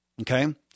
Okay